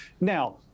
Now